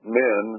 men